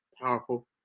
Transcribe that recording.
powerful